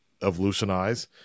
evolutionize